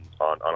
on